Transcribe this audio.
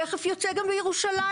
תיכף יוצא גם לירושלים,